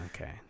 okay